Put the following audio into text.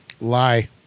Lie